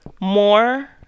more